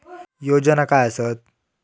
योजना काय आसत?